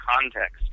context